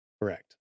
Correct